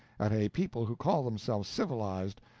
at a people who call themselves civilized,